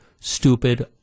stupid